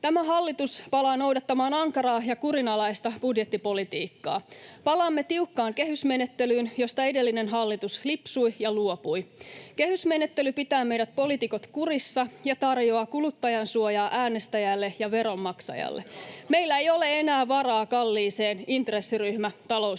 Tämä hallitus palaa noudattamaan ankaraa ja kurinalaista budjettipolitiikkaa. Palaamme tiukkaan kehysmenettelyyn, josta edellinen hallitus lipsui ja luopui. Kehysmenettely pitää meidät poliitikot kurissa ja tarjoaa kuluttajansuojaa äänestäjälle ja veronmaksajalle. Meillä ei ole enää varaa kalliiseen intressiryhmätalouspolitiikkaan.